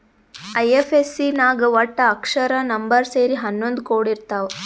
IFSC ನಾಗ್ ವಟ್ಟ ಅಕ್ಷರ, ನಂಬರ್ ಸೇರಿ ಹನ್ನೊಂದ್ ಕೋಡ್ ಇರ್ತಾವ್